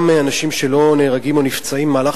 גם אנשים שלא נהרגים או נפצעים במהלך